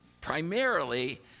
primarily